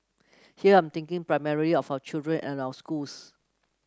here I'm thinking primary of our children and our schools